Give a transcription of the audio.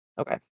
Okay